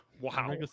Wow